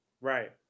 right